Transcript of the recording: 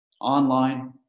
online